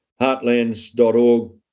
heartlands.org